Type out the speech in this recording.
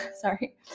sorry